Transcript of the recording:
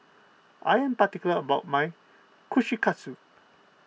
I am particular about my Kushikatsu